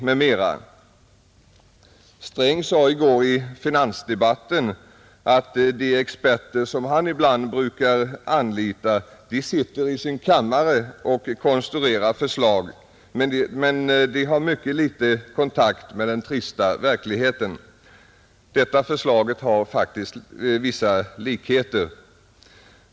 Herr Sträng sade i går i finansdebatten att de experter som han ibland brukar anlita sitter i sin kammare och konstruerar förslag, men de har mycket litet kontakt med den trista verkligheten, Statsrådets förslag i denna fråga uppvisar faktiskt vissa likheter därvidlag.